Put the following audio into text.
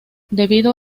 debido